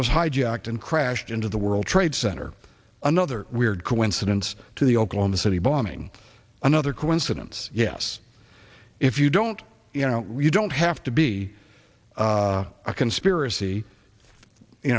and was hijacked and crashed into the world trade center another weird coincidence to the oklahoma city bombing another coincidence yes if you don't you know you don't have to be a conspiracy you